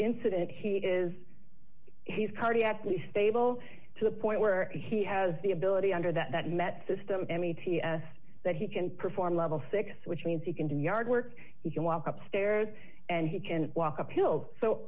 incident he is his cardiac lee stable to the point where he has the ability under that met system m e t s that he can perform level six which means he can do yard work you can walk up stairs and he can walk uphill so